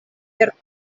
per